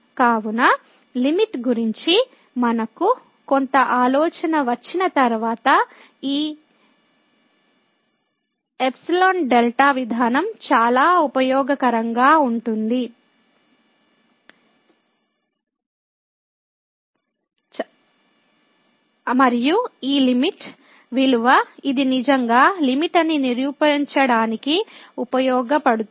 కావున లిమిట్ గురించి మనకు కొంత ఆలోచన వచ్చిన తర్వాత ఈ eϵδ విధానం చాలా ఉపయోగకరంగా ఉంటుంది మరియు ఈ లిమిట్ విలువ ఇది నిజంగా లిమిట్ అని నిరూపించడానికి ఉపయోగపడుతుంది